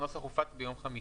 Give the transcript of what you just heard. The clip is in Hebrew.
הנוסח הופץ ביום חמישי.